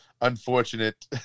unfortunate